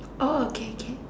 oh okay okay